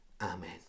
Amen